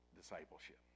discipleship